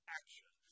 action